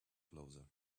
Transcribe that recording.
closer